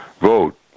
vote